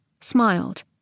smiled